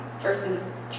versus